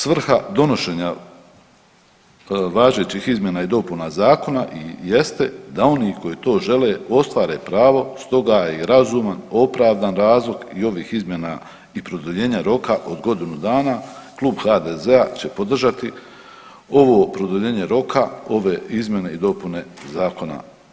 Svrha donošenja važećih izmjena i dopuna zakona jeste da oni koji to žele ostvare pravo, stoga je i razuman opravdan razlog i ovih izmjena i produljenja roka od godinu dana, Klub HDZ-će podržati ovo produljenje roka, ove izmjene i dopune zakona.